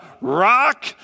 rock